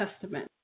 Testament